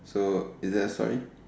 so is that a story